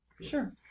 Sure